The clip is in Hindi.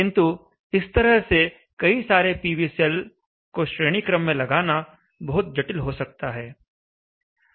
किंतु इस तरह से कई सारे पीवी सेल को श्रेणी क्रम में लगाना बहुत जटिल हो सकता है